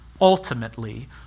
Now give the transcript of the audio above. ultimately